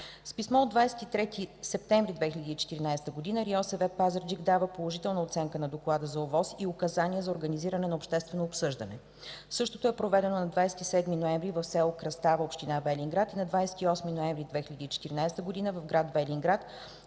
С писмо от 23 септември 2014 г. РИОСВ – Пазарджик, дава положителна оценка на доклада за ОВОС и указания за организиране на обществено обсъждане. Същото е проведено на 27 ноември в с. Кръстава, община Велинград, и на 28 ноември 2014 г. в гр. Велинград,